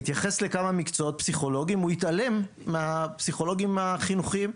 התייחס לכמה מקצועות פסיכולוגיים והוא התעלם מהפסיכולוגים החינוכיים,